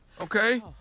Okay